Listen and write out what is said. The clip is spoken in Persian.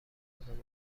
خودمان